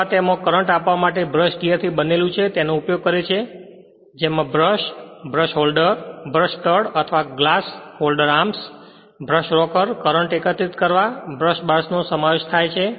અથવા તેમાં કરંટ આપવા માટે તે બ્રશ ગિઅરથી બનેલું છે તેનો ઉપયોગ કરે છે જેમાં brush brush holder brush stud અથવા glass holder arms brush rocker current એકત્રિત કરવા બ્રશ બાર્સનો સમાવેશ થાય છે